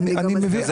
אני מבין.